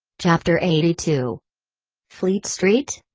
chapter eighty two fleet street?